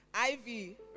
Ivy